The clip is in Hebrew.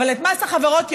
אבל את מס החברות יפחיתו,